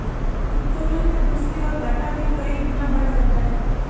उत्तोलन में दूसरी ओर, घाटा भी कई गुना बढ़ जाता है